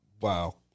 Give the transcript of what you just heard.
Wow